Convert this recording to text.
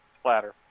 splatter